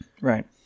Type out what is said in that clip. Right